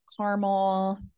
caramel